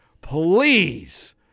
please